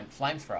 flamethrower